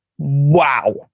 Wow